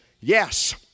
Yes